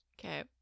Okay